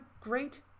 great